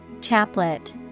Chaplet